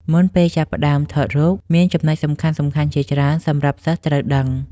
មុនពេលចាប់ផ្ដើមថតរូប មានចំណុចសំខាន់ៗជាច្រើនសម្រាប់សិស្សត្រូវដឹង។